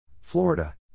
Florida